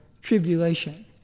tribulation